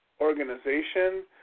organization